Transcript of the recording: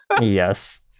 Yes